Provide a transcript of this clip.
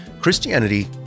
Christianity